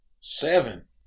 Seven